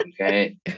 Okay